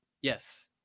Yes